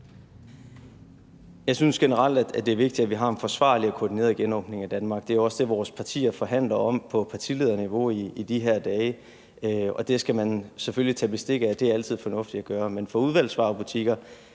Jeg synes generelt, at det er vigtigt, at vi har en forsvarlig og koordineret genåbning af Danmark. Det er også det, vores partier forhandler om på partilederniveau i de her dage, og det skal man selvfølgelig tage bestik af – det er altid fornuftigt at gøre. Men for udvalgsvarebutikker